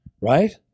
right